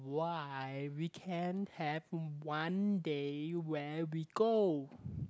why we can have one day where we go